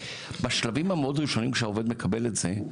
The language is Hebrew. בשלבים המאוד ראשונים שהעובד מקבל את זה,